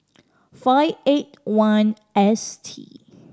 five eight one S T